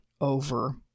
over